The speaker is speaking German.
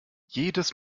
jedes